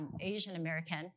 Asian-American